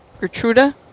Gertruda